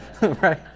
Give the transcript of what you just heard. right